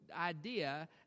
Idea